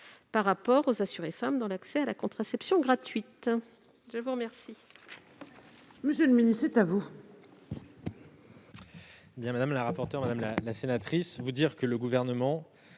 par rapport aux assurés femmes dans l'accès à la contraception gratuite. Quel